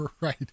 right